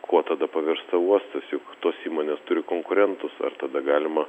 kuo tada pavirsta uostas juk tos įmonės turi konkurentus ar tada galima